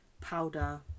powder